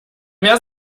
wer